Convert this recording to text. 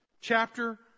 Chapter